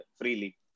freely